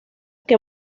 que